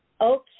Okay